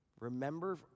remember